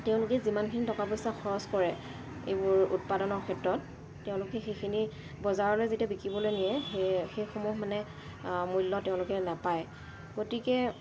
তেওঁলোকে যিমানখিনি টকা পইচা খৰচ কৰে এইবোৰ উৎপাদনৰ ক্ষেত্ৰত তেওঁলোকে সেইখিনি বজাৰলৈ যেতিয়া বিকিবলৈ নিয়ে সেই সেইসমূহ মানে মূল্য তেওঁলোকে নাপায় গতিকে